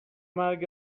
مرگ